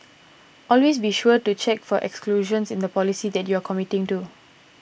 always be sure to check for exclusions in the policy that you are committing to